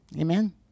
amen